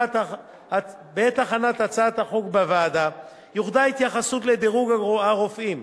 בעת הכנת הצעת החוק בוועדה יוחדה התייחסות לדירוג הרופאים,